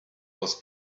was